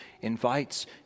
invites